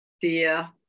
fear